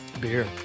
Beer